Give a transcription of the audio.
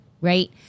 right